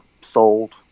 sold